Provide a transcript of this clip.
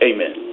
Amen